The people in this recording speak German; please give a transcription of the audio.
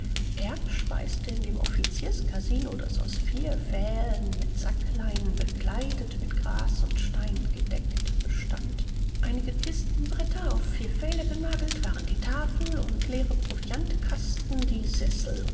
erb speiste in dem offizierskasino das aus vier pfählen mit sackleinen bekleidet mit gras und steinen gedeckt bestand einige kistenbretter auf vier pfähle genagelt waren die tafel und leere proviantkasten die sessel